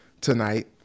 tonight